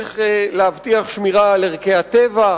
להבטיח שמירה על ערכי הטבע,